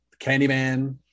candyman